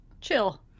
chill